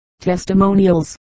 testimonials